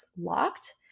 locked